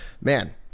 man